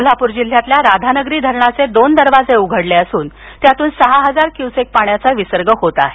कोल्हापूर जिल्ह्यातल्या राधानगरी धरणाचे दोन दरवाजे उघडले असून त्यातून सहा हजार क्युसेक पाण्याचा विसर्ग होत आहे